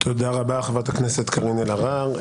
תודה רבה, חברת הכנסת קארין אלהרר.